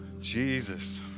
Jesus